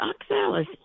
oxalis